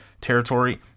territory